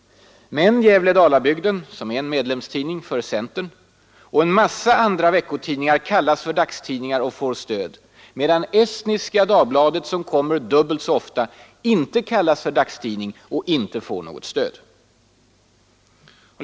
Men Gävle-Dalabygden, som är en medlemstidning för centern, och en massa andra veckotidningar kallas dagstidningar och får stöd, medan Estniska Dagbladet, som kommer dubbelt så ofta, inte kallas dagstidning och inte får något stöd.